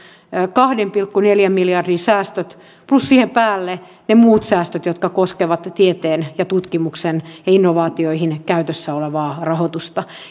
kahden pilkku neljän miljardin säästöt plus siihen päälle ne muut säästöt jotka koskevat tieteen ja tutkimuksen ja innovaatioihin käytössä olevaa rahoitusta